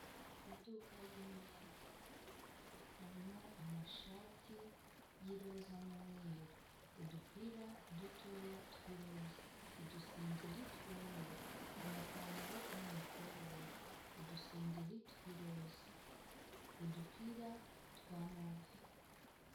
Iduka ry'imyenda harimo amashati y'iroza n'umweru, udupira dutoya tw'iroza, udusengeri tw'umweru, amapantaro y'amakoboyi, udusengeri tw'iroza, udupira twa move.